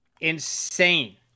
Insane